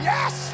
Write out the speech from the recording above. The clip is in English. Yes